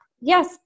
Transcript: Yes